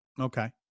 Okay